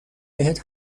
بهت